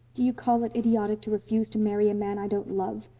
do you call it idiotic to refuse to marry a man i don't love?